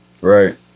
Right